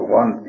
one